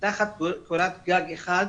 תחת קורת גג אחת,